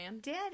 Dad